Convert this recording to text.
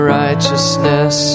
righteousness